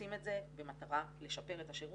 עושים את זה במטרה לשפר את השירות,